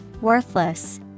Worthless